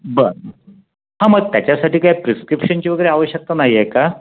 बरं हा मग त्याच्यासाठी काय प्रिस्क्रिप्शनची वगैरे आवश्यकता नाही आहे का